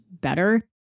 better